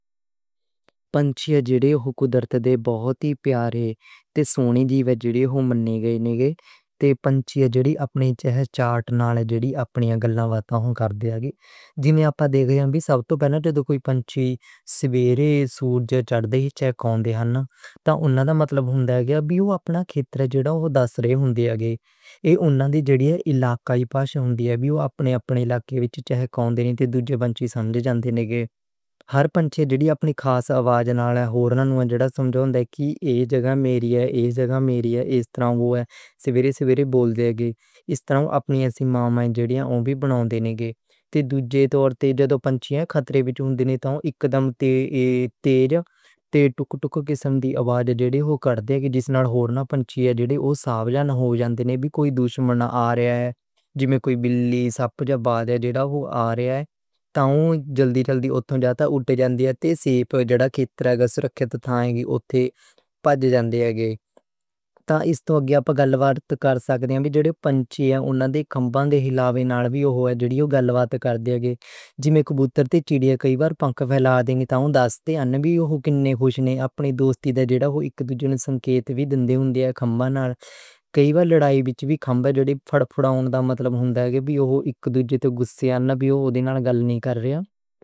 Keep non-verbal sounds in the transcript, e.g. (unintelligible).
پنچھیان جےڑے او قدرت دے بہتی پیار اے تے سوہنے جیے جےڑے او مننے گے۔ تے پنچھیان جےڑے اپنے چاء چات نال، جےڑے اپنی اگلاں واتاں ہو کر دے اگے۔ جنھے آپاں دیکھیاں گے، سب توں پہلا جو کوئی سویرے سورج چڑھن دے ہی چہکیاں نال ت اوہناں دا مطلب ہوندا کی او اپنا کھیتر چناؤ ہو دس رئے ہون گے۔ ایہ انہاں دی جیڑی اے، علاقے دے باسی ہون دے، وکھ اپنے اپنے علاقے وچ چہک دے تے دوجے وانجوں (unintelligible) ہر پکھی جیڑی اپنی خاص آواز نال ہورنوں ای سمجھاؤندی اے، ای جگہ میری اے، ای جگہ میری اے، اس طرح او سویرے سویرے بول دے گے۔ اس طرح او اپنی سیما نوں بندوں ہو جانے۔ تے دوجے تور تے پنچھیان جدوں خطرے نوں جانند، پنچھی اک دوجے دی جسٹ نال ٹک ٹک دی سنگ دی آواز اے کہ جیوند نال ہور وی پنچھی ساودھان ہو جان گے۔ جیوں کوئی دشمن آ رہیا اے، کوئی بلی، سانپ جیہڑا کوئی آ رہیا اے، او جلدی جلدی اُڑ جان دے آتے سیف جگہ کھیتر آں سرکشِت ستھان وچ اٹھے بچ جان دے ہون گے۔ تا اس توں اگے گل بات کر سکدی اے کی جےڑے پکھیاں ہون گے، انہاں دی پنکھاں دے ہلانے نال جےڑے او گل بات کر دے، ویہ کبوتر تے چڑیا پنکھ پھیلا کے ڈان ٹان لاندے ہن، وی کنے کجھ نئیں، اپنی دوستی دا جےڑا ہونا سمجھتا وی دینی ہوندی اے پنکھاں نال۔ کئی واری لڑائی تے وچ پنکھاں جیڑی پھڑکندا مطلب ہوندا کی اک دوجے دے گھسایا نال گل نئیں کر رہے۔